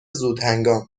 زودهنگام